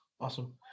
Awesome